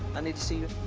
i need to see you.